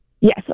Yes